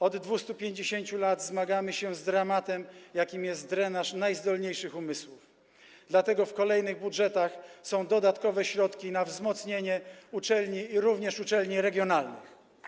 Od 250 lat zmagamy się z dramatem, jakim jest drenaż najzdolniejszych umysłów, dlatego w kolejnych budżetach są dodatkowe środki na wzmocnienie uczelni, również uczelni regionalnych.